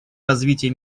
развитие